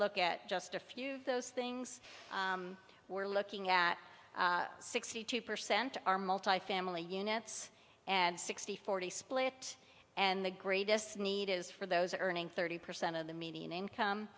look at just a few of those things we're looking at sixty two percent are multifamily units and sixty forty split and the greatest need is for those earning thirty percent of the median